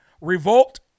Revolt